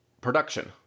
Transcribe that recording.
production